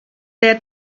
der